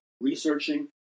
researching